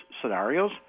scenarios